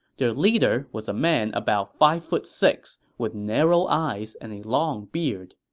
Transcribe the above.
their leader was a man about five foot six, with narrow eyes and a long beard.